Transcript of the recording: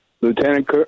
lieutenant